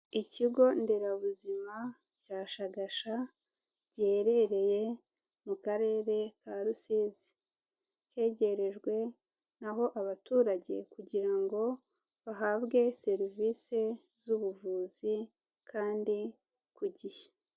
Ikigo nderabuzima cya Shagasha giherereye mu Karere ka Rusizi, hegerejwe naho abaturage kugira ngo bahabwe serivisi z'ubuvuzi kandi ku gihe.